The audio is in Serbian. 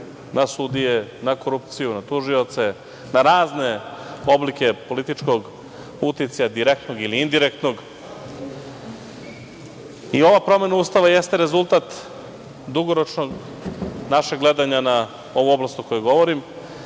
na sudije, na korupciju, na tužioce, na razne oblike političkog uticaja, direktnog ili indirektnog. Ova promena Ustava jeste rezultat dugoročnog našeg gledanja na ovu oblast o kojoj govorim